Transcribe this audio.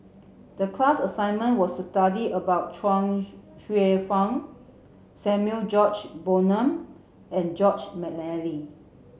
the class assignment was to study about Chuang Hsueh Fang Samuel George Bonham and Joseph Mcnally